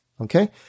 okay